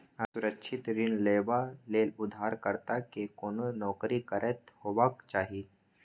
असुरक्षित ऋण लेबा लेल उधारकर्ता कें कोनो नौकरी करैत हेबाक चाही